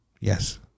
Yes